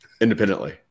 Independently